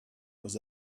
was